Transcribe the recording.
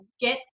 get